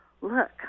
look